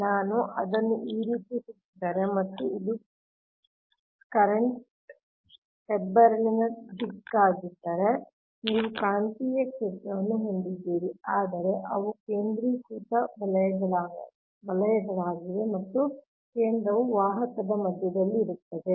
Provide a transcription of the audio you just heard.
ನಾನು ಅದನ್ನು ಈ ರೀತಿ ಸುತ್ತಿದರೆ ಮತ್ತು ಇದು ಕರೆಂಟ್ ಹೆಬ್ಬೆರಳಿನ ದಿಕ್ಕಾಗಿದ್ದರೆ ನೀವು ಕಾಂತೀಯ ಕ್ಷೇತ್ರವನ್ನು ಹೊಂದಿದ್ದೀರಿ ಆದರೆ ಅವು ಕೇಂದ್ರೀಕೃತ ವಲಯಗಳಾಗಿವೆ ಮತ್ತು ಕೇಂದ್ರವು ವಾಹಕದ ಮಧ್ಯದಲ್ಲಿರುತ್ತದೆ